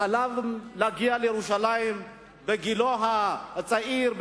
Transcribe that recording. שחלם להגיע לירושלים בגילו הצעיר,